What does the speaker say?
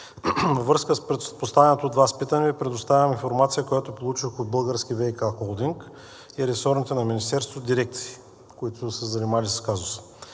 Във връзка с поставените от Вас питания Ви предоставям информация, която получих от Българския ВиК холдинг и ресорните на Министерството дирекции, които са се занимали с казуса.